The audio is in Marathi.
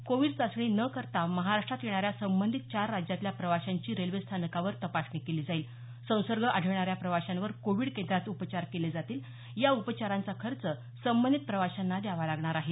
कोविड चाचणी न करता महाराष्ट्रात येणाऱ्या संबंधित चार राज्यातल्या प्रवाशांची रेल्वे स्थानकांवर तपासणी केली जाईल संसर्ग आढळणाऱ्या प्रवाशांवर कोविड केंद्रात उपचार केले जातील या उपचारांचा खर्च सबधित प्रवाशाना द्यावा लागणार आहे